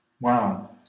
Wow